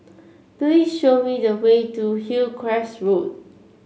please show me the way to Hillcrest Road